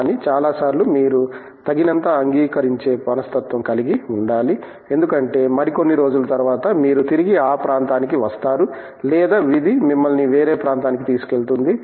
కానీ చాలా సార్లు మీరు తగినంత అంగీకరించే మనస్తత్వం కలిగి ఉండాలి ఎందుకంటే మరికొన్ని రోజులు తర్వాత మీరు తిరిగి ఆ ప్రాంతానికి వస్తారు లేదా విధి మిమ్మల్ని వేరే ప్రాంతానికి తీసుకెళుతుంది